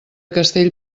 castell